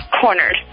Cornered